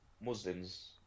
Muslims